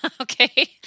Okay